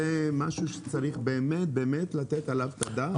זה משהו שיש לתת עליו את הדעת.